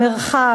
"מרחב",